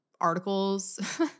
articles